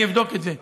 אני אבדוק את זה.